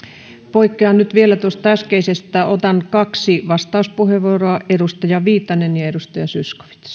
poikkean nyt vielä tuosta äskeisestä ja otan kaksi vastauspuheenvuoroa edustajat viitanen ja zyskowicz